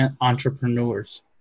entrepreneurs